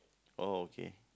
oh okay